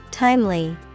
Timely